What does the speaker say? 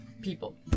people